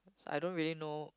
I don't really know